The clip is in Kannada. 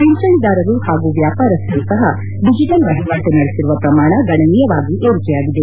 ಪಿಂಚಣಿದಾರರು ಹಾಗೂ ವ್ಯಾಪಾರಸ್ಸರು ಸಹ ಡಿಜೆಟಲ್ ವಹಿವಾಟು ನಡೆಸಿರುವ ಪ್ರಮಾಣ ಗಣನೀಯವಾಗಿ ಏರಿಕೆಯಾಗಿದೆ